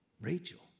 Rachel